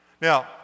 Now